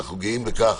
אנו גאים בכך